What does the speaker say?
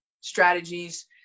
strategies